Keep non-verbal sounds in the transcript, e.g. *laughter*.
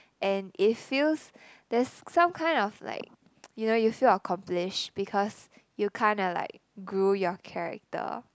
and it feels there's some kind of like *noise* you know you feel accomplished because you kinda like grew your character